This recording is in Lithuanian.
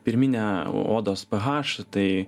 pirminę odos ph tai